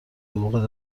حقوقت